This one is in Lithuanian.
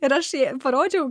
ir aš jai parodžiau